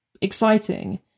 exciting